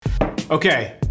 Okay